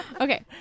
Okay